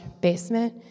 basement